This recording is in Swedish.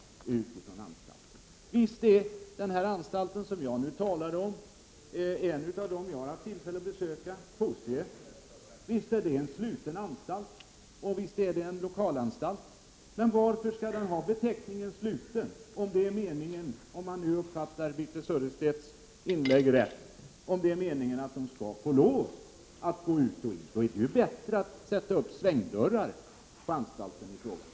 Visst är den anstalt som jag nu talade om, en av dem som jag har haft tillfälle att besöka, Fosie, en sluten anstalt, och visst är den en lokalanstalt, men varför skall den ha beteckningen ”sluten”, om det är meningen att internerna skall få lov att gå ut och in? Då är det ju bättre att bara sätta upp svängdörrar på anstalten i fråga!